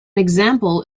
example